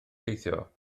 teithio